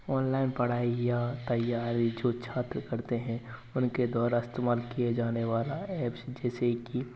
online पढ़ाई या तैयारी जो छात्र करते हैं उनके द्वारा इस्तेमाल किए जाने वाला ऐप्स जैसे कि